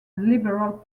liberal